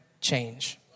change